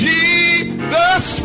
Jesus